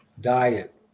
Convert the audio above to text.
diet